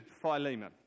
Philemon